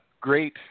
Great